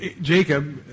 Jacob